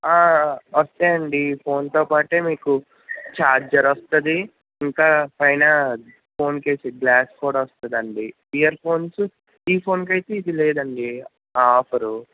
వస్తాయి అండి ఫోన్తో పాటే మీకు ఛార్జర్ వస్తుంది ఇంకా పైన ఫోన్ కేస్ గ్లాస్ కూడా వస్తుంది అంది ఇయర్ ఫోన్స్ ఈ ఫోన్కైతే ఇది లేదండి ఆ ఆఫరు